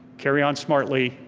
carry on smartly,